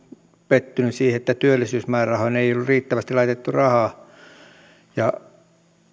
pettynyt siihen että työllisyysmäärärahoihin ei ollut riittävästi laitettu rahaa